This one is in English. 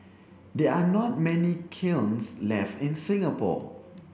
there are not many kilns left in Singapore